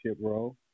role